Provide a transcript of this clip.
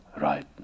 Right